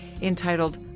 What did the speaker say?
entitled